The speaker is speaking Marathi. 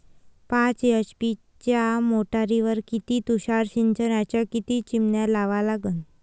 पाच एच.पी च्या मोटारीवर किती तुषार सिंचनाच्या किती चिमन्या लावा लागन?